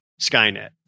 Skynet